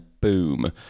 boom